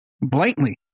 blatantly